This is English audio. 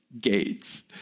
Gates